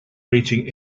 writing